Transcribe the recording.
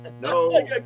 No